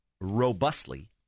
robustly